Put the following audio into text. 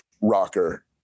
rocker